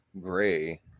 gray